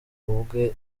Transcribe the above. ubwe